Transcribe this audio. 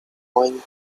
going